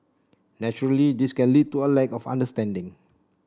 naturally this can lead to a lack of understanding